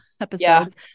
episodes